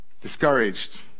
discouraged